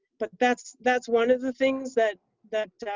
but that's that's one of the things that that,